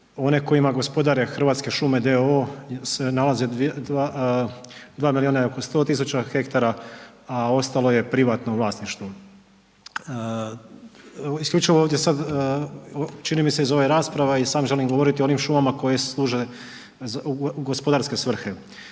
one koje ima gospodare Hrvatske šume d.o.o. se nalaze 2 milijuna i oko 100 000 hektara a ostalo je privatno vlasništvo. Isključivo ovdje sad čini mi se iz ove rasprave i sam želim govoriti o onim šumama koje služe u gospodarske svrhe.